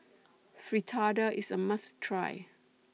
Fritada IS A must Try